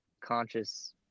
conscious